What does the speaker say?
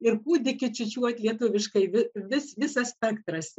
ir kūdikį čiūčiuoti lietuviškai vis visas spektras